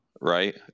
right